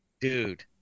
dude